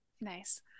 nice